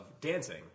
dancing